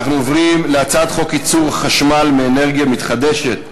אנחנו עוברים להצעת חוק ייצור חשמל מאנרגיה מתחדשת,